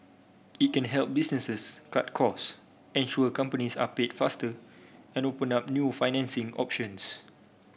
it can help businesses cut costs ensure companies are paid faster and open up new financing options